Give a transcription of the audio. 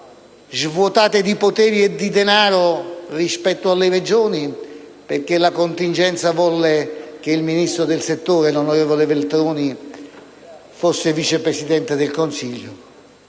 svuotate di poteri e di denaro rispetto alle Regioni, perché la contingenza volle che il Ministro del settore, l'onorevole Veltroni, fosse Vice Presidente del Consiglio,